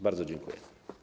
Bardzo dziękuję.